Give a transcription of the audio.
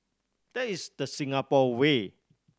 that is the Singapore way